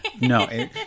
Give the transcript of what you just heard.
no